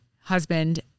husband